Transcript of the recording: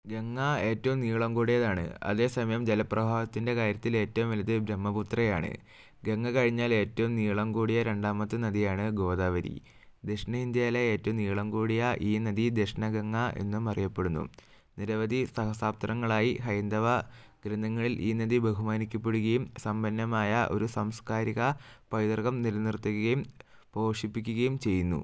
ഗംഗാ ഏറ്റവും നീളം കൂടിയതാണ് അതേസമയം ജലപ്രവാഹത്തിൻ്റെ കാര്യത്തിൽ ഏറ്റവും വലുത് ബ്രഹ്മപുത്രയാണ് ഗംഗ കഴിഞ്ഞാൽ ഏറ്റവും നീളം കൂടിയ രണ്ടാമത്തെ നദിയാണ് ഗോദാവരി ദക്ഷിണേന്ത്യയിലെ ഏറ്റവും നീളം കൂടിയ ഈ നദി ദക്ഷിണ ഗംഗ എന്നും അറിയപ്പെടുന്നു നിരവധി സഹസാപ്ത്രങ്ങളായി ഹൈന്ദവ ഗ്രന്ഥങ്ങളിൽ ഈ നദി ബഹുമാനിക്കപ്പെടുകയും സമ്പന്നമായ ഒരു സംസ്കാരിക പൈതൃകം നിലനിർത്തുകയും പോഷിപ്പിക്കുകയും ചെയ്യുന്നു